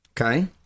Okay